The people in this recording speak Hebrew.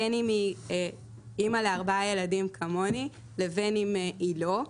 בין אם היא אימא לארבעה ילדים כמוני ובין אם היא לא.